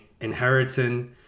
inheritance